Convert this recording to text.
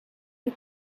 you